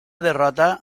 derrota